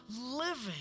living